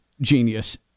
genius